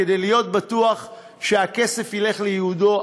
כדי להיות בטוחים שהכסף ילך לייעודו.